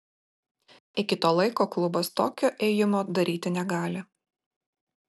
iki to laiko klubas tokio ėjimo daryti negali